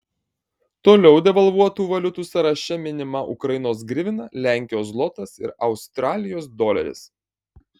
toliau devalvuotų valiutų sąraše minima ukrainos grivina lenkijos zlotas ir australijos doleris